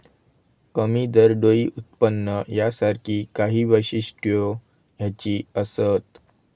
कमी दरडोई उत्पन्न यासारखी काही वैशिष्ट्यो ह्याची असत